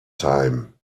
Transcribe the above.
time